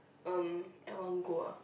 erm at one go ah